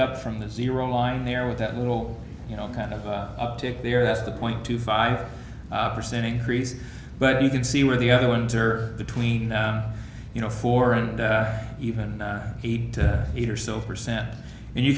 up from the zero line there with that little you know kind of uptick there that's the point two five percent increase but you can see where the other ones are between you know four and even eight eight or so percent and you